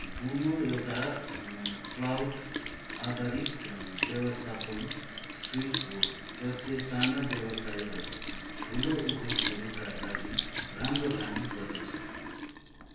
डोमो एउटा अँ क्लाउड आधारित व्यवस्थापन सुइट हो जसले साना व्यावसाय र ठुला उघोगहरूका लागि राम्रो काम गर्दछ